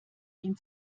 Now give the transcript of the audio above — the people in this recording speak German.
ihn